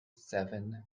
seven